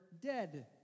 dead